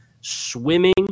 swimming